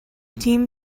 team